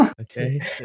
Okay